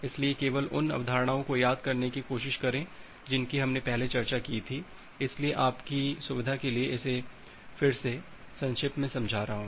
इसलिए केवल उन अवधारणाओं को याद करने की कोशिश करें जिनकी हमने पहले चर्चा की थी इसलिए आपकी सुविधा के लिए इसे फिर से संछिप्त में समझा रहा हूँ